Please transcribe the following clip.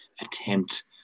attempt